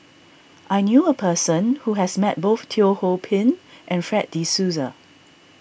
I knew a person who has met both Teo Ho Pin and Fred De Souza